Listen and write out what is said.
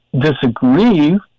disagree